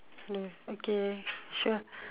oh okay sure